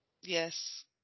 Yes